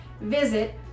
visit